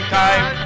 time